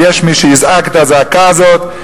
אבל יש מי שיזעק את הזעקה הזאת,